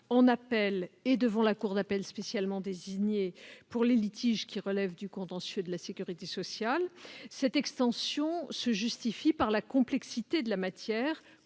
en appel et devant la cour d'appel spécialement désignée pour les litiges qui relèvent du contentieux de la sécurité sociale. Cette extension se justifie par la complexité de la matière,